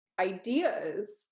Ideas